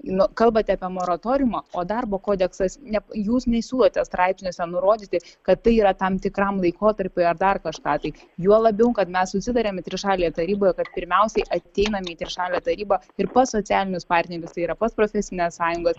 nu kalbate apie moratoriumą o darbo kodeksas ne jūs nesiūlote straipsniuose nurodyti kad tai yra tam tikram laikotarpiui ar dar kažką tai juo labiau kad mes susitarėme trišalėje taryboje kad pirmiausiai ateiname į trišalę tarybą ir pas socialinius partnerius tai yra pas profesines sąjungas